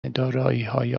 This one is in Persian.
داراییهای